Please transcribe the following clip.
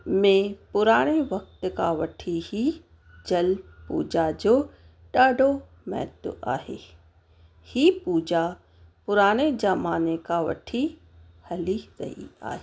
में पुराणे वक़्त खां वठी ई जल पूॼा जो ॾाढो महत्व आहे हीअ पूॼा पुराणे ज़माने खां वठी हली रही आहे